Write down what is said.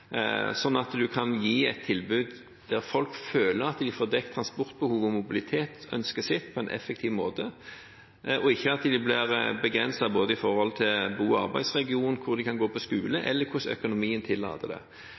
sånn at en kan gi et tilbud der folk føler at de får dekket transportbehovet og mobilitetsønsket sitt på en effektiv måte, og ikke blir begrenset av bo- og arbeidsregion, hvor de kan gå på skole, eller hva økonomien tillater.